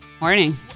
Morning